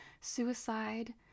suicide